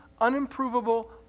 unimprovable